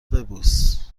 ببوس